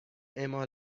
اِما